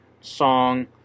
song